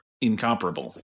incomparable